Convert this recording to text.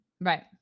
right